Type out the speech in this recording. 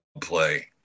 play